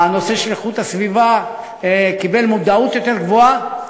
והנושא של איכות הסביבה קיבל מודעות יותר גבוהה.